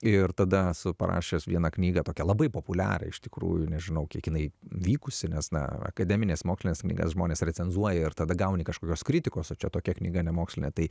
ir tada esu parašęs vieną knygą tokią labai populiarią iš tikrųjų nežinau kiek jinai vykusi nes na akademines mokslines knygas žmonės recenzuoja ir tada gauni kažkokios kritikos o čia tokia knyga nemokslinė tai